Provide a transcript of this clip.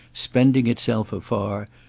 spending itself afar,